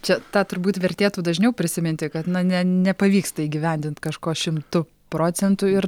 čia tą turbūt vertėtų dažniau prisiminti kad na ne nepavyksta įgyvendint kažko šimtu procentų ir